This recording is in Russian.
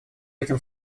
этим